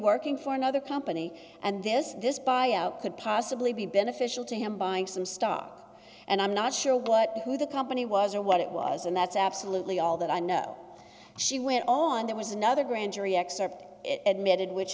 working for another company and this this buyout could possibly be beneficial to him buying some stock and i'm not sure what who the company was or what it was and that's absolutely all that i know she went on there was another grand jury excerpt admitted which